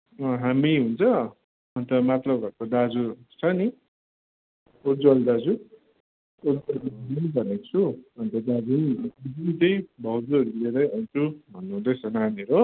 हामी हुन्छ अन्त माथिलो घरको दाजु छ नि उज्जवल दाजु वरिपरि जाउँ भनेको छु अन्त दाजुले पनि त्यही भाउजूहरू लिएरै आउँछु भन्नुहुँदैछ मान्यो हो